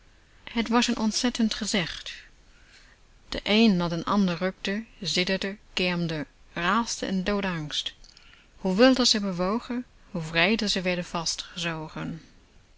het was een ontzettend gezicht de een na den ander rukte sidderde kermde raasde in doodsangst hoe wilder ze bewogen hoe wreeder ze werden vastgezogen